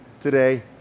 today